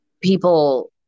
people